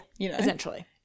Essentially